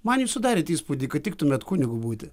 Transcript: man jūs sudarėt įspūdį kad tiktumėt kunigu būti